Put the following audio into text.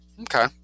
Okay